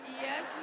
Yes